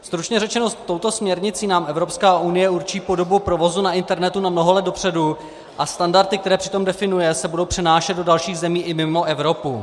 Stručně řečeno, touto směrnicí nám Evropská unie určí podobu provozu na internetu na mnoho let dopředu a standardy, které přitom definuje, se budou přenášet do dalších zemí i mimo Evropu.